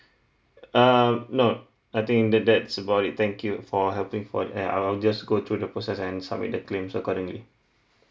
uh no I think that that's about it thank you for helping for I'll I'll just go through the process and submit the claims accordingly